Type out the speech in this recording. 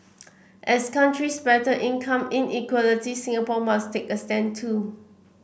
as countries battle income inequality Singapore must take a stand too